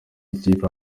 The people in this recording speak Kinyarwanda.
ikipe